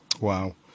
Wow